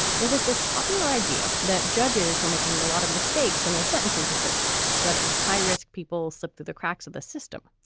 there was this popular idea that judges were making a lot of mistakes in their sentencing decisions, letting high risk people slip through the cracks of the system.